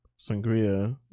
sangria